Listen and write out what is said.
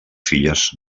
filles